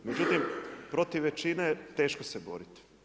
Međutim, protiv većine teško se boriti.